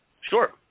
sure